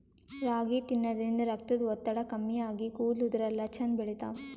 ರಾಗಿ ತಿನ್ನದ್ರಿನ್ದ ರಕ್ತದ್ ಒತ್ತಡ ಕಮ್ಮಿ ಆಗಿ ಕೂದಲ ಉದರಲ್ಲಾ ಛಂದ್ ಬೆಳಿತಾವ್